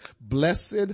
Blessed